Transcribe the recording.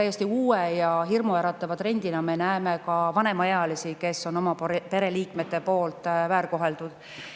täiesti uue ja hirmuäratava trendina me näeme ka vanemaealisi, kes on oma pereliikmete poolt väärkoheldud.